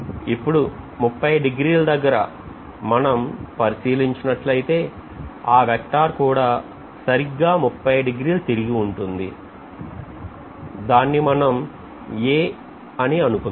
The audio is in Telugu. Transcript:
ఇప్పుడు 30 డిగ్రీల దగ్గర మనం పరిశీలించినట్లయితే ఆ vector కూడా సరిగ్గా 30 డిగ్రీలు తిరిగి ఉంటుంది దాన్ని మనం A అని అనుకుందాం